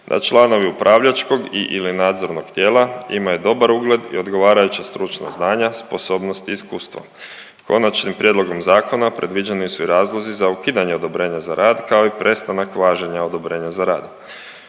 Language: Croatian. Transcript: da članovi upravljačkog i ili nadzornog tijela imaju dobar ugled i odgovarajuća stručna znanja, sposobnost i iskustvo. Konačnim prijedlogom zakona predviđeni su i razlozi za ukidanje odobrenja za rad kao i prestanak važenja odobrenja za rad.